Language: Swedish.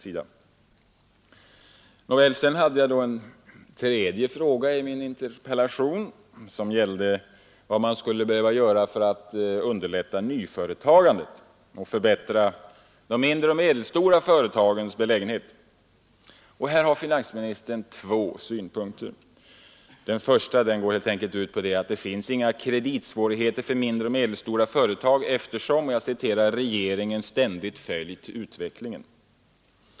I min interpellation frågade jag också vad finansministern anser att man behöver göra för att underlätta nyföretagandet och förbättra de mindre och medelstora företagens ställning. Här har finansministern två synpunkter. Den första går helt enkelt ut på att det inte finns några kreditsvårigheter för de mindre och medelstora företagen, eftersom ”regeringen ständigt följt utvecklingen”.